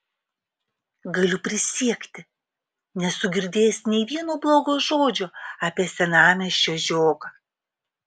galiu prisiekti nesu girdėjęs nei vieno blogo žodžio apie senamiesčio žiogą